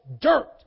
dirt